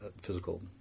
physical